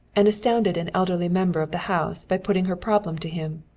and astounded an elderly member of the house by putting her problem to him.